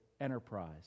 enterprise